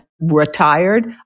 retired